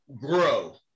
grow